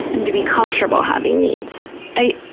and to be comfortable having needs. i,